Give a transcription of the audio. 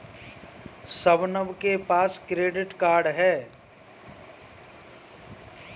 शबनम के पास credit card है